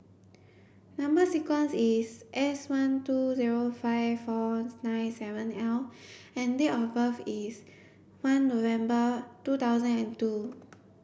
number sequence is S one two zero five four nine seven L and date of birth is one November two thousand and two